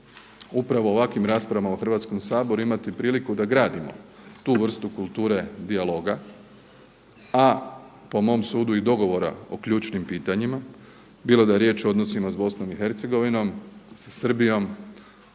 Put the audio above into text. upravo u ovakvim raspravama u Hrvatskom saboru imati priliku da gradimo tu vrstu kulture dijaloga a po mom sudu i dogovora o ključnim pitanjima bilo da je riječ o odnosima s BIH, sa Srbijom,